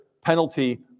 penalty